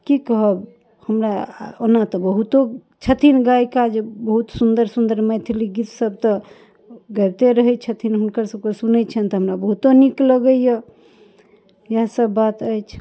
कि कहब हमरा ओना तऽ बहुतो छथिन गायिका जे बहुत सुन्दर सुन्दर मैथिली गीतसब तऽ गबितै रहै छथिन हुनकरसभके सुनै छिअनि तऽ हमरा बहुते नीक लगैए इएहसब बात अछि